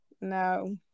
No